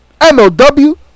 MLW